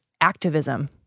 activism